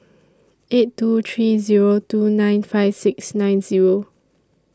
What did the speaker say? eight two three Zero two nine five six nine Zero